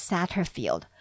Satterfield